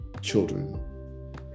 children